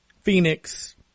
Phoenix